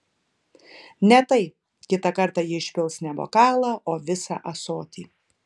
ne tai kitą kartą ji išpils ne bokalą o visą ąsotį